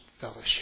Fellowship